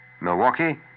Milwaukee